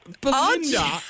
Belinda